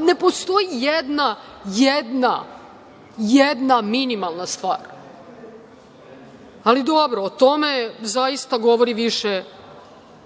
Ne postoji jedna, jedna, jedna minimalna stvar. Ali, dobro o tome zaista govori više